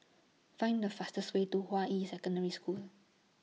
Find The fastest Way to Hua Yi Secondary School